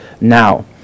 now